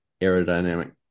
aerodynamic